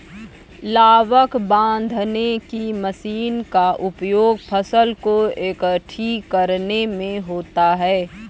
लावक बांधने की मशीन का उपयोग फसल को एकठी करने में होता है